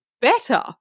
better